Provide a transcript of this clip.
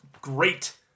great